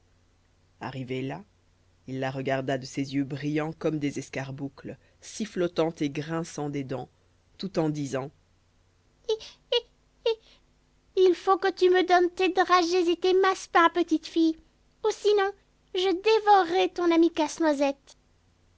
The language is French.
arrivé là il la regarda de ses yeux brillants comme des escarboucles sifflotant et grinçant des dents tout en disant hi hi hi il faut que tu me donnes tes dragées et tes massepains petite fille ou sinon je dévorerai ton ami casse-noisette